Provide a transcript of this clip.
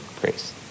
grace